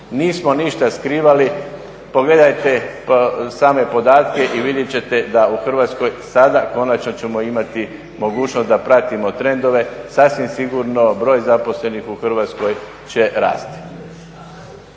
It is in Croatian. Nismo ništa skrivali, pogledajte same podatke i vidjet ćete da u Hrvatskoj sada konačno ćemo imati mogućnost da pratimo trendove, sasvim sigurno broj zaposlenih u Hrvatskoj će rasti.